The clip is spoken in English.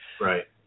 Right